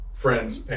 friend's